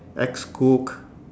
ex-cook